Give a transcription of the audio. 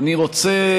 רוצה,